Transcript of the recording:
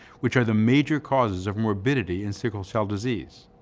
which are the major causes of morbidity in sickle cell disease.